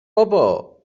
بابا